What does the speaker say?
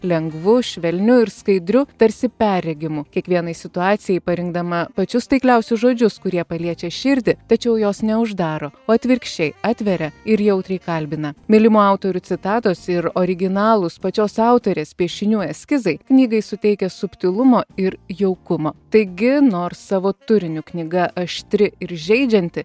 lengvu švelniu ir skaidriu tarsi perregimu kiekvienai situacijai parinkdama pačius taikliausius žodžius kurie paliečia širdį tačiau jos neuždaro o atvirkščiai atveria ir jautriai kalbina mylimo autorių citatos ir originalūs pačios autorės piešinių eskizai knygai suteikia subtilumo ir jaukumo taigi nors savo turiniu knyga aštri ir žeidžianti